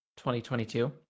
2022